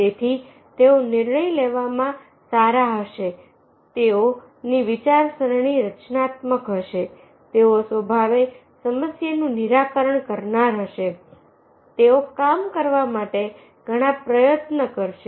તેથી તેઓ નિર્ણય લેવામાં સારા હશે તેઓ ની વિચારસરણી રચનાત્મક હશે તેઓ સ્વભાવે સમસ્યાનું નિરાકરણ કરનાર હશે તેઓ કામ કરવા માટે ઘણા પ્રયત્નો કરશે